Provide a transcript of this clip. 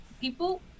people